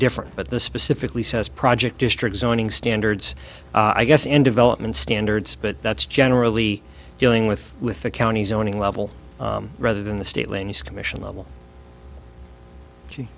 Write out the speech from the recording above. different but the specifically says project district zoning standards i guess in development standards but that's generally dealing with with the county zoning level rather than the stateliness commission level